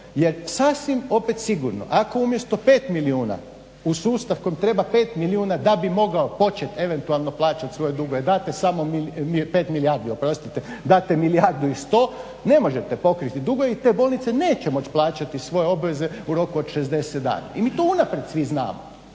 Jer sasvim opet sigurno, ako umjesto 5 milijuna u sustav kojem treba 5 milijardi da bi mogao počet eventualno plaćat svoje dugove date milijardu i 100 ne možete pokriti dugove i te bolnice neće moći plaćati svoje obveze u roku od 60 dana i mi to unaprijed svi znamo.